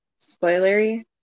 spoilery